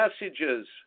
messages